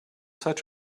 such